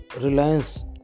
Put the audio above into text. reliance